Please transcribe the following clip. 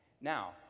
Now